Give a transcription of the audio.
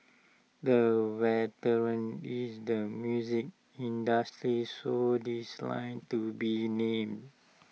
the veteran in the music industry who declined to be named